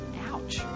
ouch